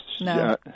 No